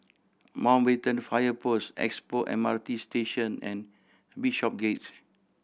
Mountbatten Fire Post Expo M R T Station and Bishopsgate